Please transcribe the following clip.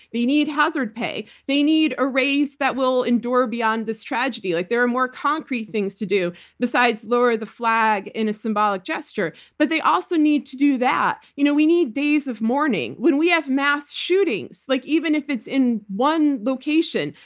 they need hazard pay, they need a raise that will endure beyond beyond this tragedy. like there are more concrete things to do besides lower the flag in a symbolic gesture, but they also need to do that. you know we need days of mourning. when we have mass shootings, like even if it's in one location,